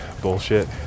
bullshit